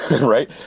right